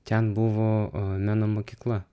ten buvo meno mokykla